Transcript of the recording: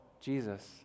Jesus